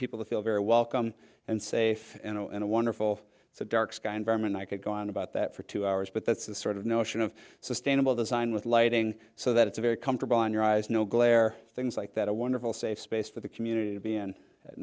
people to feel very welcome and safe and wonderful it's a dark sky environment i could go on about that for two hours but that's the sort of notion of sustainable design with lighting so that it's very comfortable in your eyes no glare things like that a wonderful safe space for the community to be in at